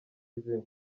izina